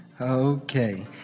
Okay